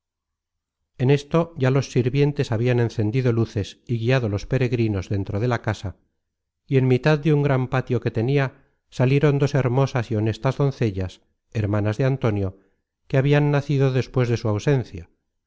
en esto ya los sirvientes habian encendido luces y guiado los peregrinos dentro de la casa y en mitad de un gran patio que tenia salieron dos hermosas y honestas doncellas hermanas de antonio que habian nacido despues de su ausencia